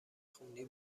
خونی